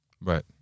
Right